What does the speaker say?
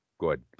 Good